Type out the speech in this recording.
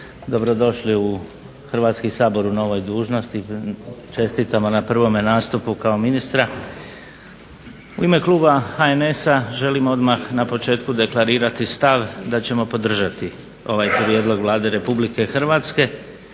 Dobro došli u Hrvatski sabor u novoj dužnosti. Čestitamo na prvome nastupu kao ministra. U ime kluba HNS-a želim odmah na početku deklarirati stav da ćemo podržati ovaj prijedlog Vlade Republike Hrvatske